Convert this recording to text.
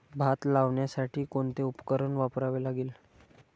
भात लावण्यासाठी कोणते उपकरण वापरावे लागेल?